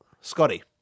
Scotty